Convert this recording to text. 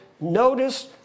notice